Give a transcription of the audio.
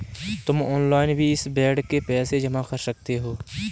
तुम ऑनलाइन भी इस बेड के पैसे जमा कर सकते हो